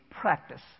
practice